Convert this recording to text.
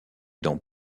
dans